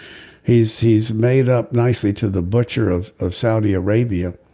he's he's made up nicely to the butcher of of saudi arabia.